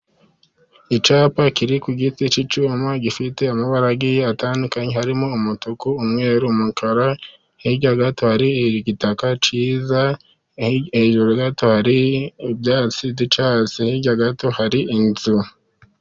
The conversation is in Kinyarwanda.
Icyapa kiri ku giti ki cyuma gifite amabara agiye atandukanye harimo umutuku, umweru, umukara hirya gato hari igitaka cyiza hejuru gato hari ibyatsi byicyatsi hirya gato hari inzu.